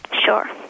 Sure